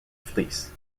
fleece